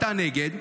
אתה נגד,